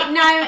no